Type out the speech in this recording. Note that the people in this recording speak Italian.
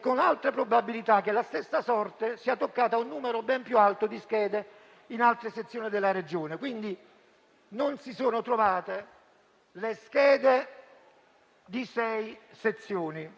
con alte probabilità che la stessa sorte sia toccata a un numero ben più alto di schede in altre sezioni della Regione. Quindi non si sono trovate le schede di sei sezioni: